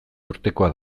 urtekoa